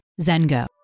Zengo